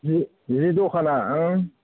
जि जि दखाना ओं